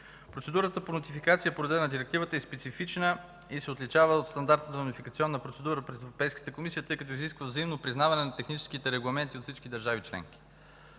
Процедурата по нотификация по реда на Директивата е специфична и се отличава от стандартната нотификационна процедура в Европейската комисия, тъй като изисква взаимно признаване на техническите регламенти от всички държави членки.